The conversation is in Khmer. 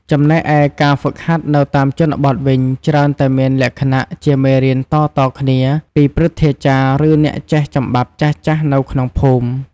ចំណែកឯការហ្វឹកហាត់នៅតាមជនបទវិញ ច្រើនតែមានលក្ខណៈ ជាមេរៀនតៗគ្នាពីព្រឹទ្ធាចារ្យ ឬអ្នកចេះចំបាប់ចាស់ៗ នៅក្នុងភូមិ។